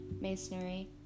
masonry